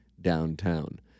downtown